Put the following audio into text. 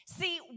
See